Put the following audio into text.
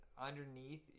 Underneath